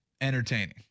entertaining